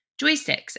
joysticks